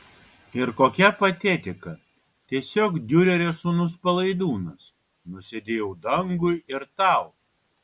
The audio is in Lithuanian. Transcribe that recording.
ir kokia patetika tiesiog diurerio sūnus palaidūnas nusidėjau dangui ir tau